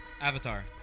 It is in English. Avatar